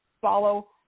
follow